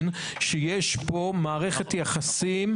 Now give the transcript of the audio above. ויש כאן מי שהיו נוכחים,